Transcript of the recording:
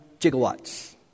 gigawatts